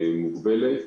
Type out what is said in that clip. מוגבלת,